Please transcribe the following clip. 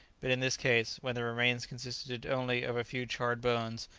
but in this case, when the remains consisted only of a few charred bones,